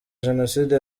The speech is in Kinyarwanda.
jenoside